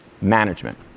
management